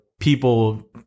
people